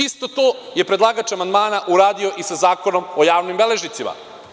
Isto to je predlagač amandmana uradio i sa Zakonom o javnim beležnicima.